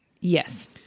Yes